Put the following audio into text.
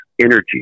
energy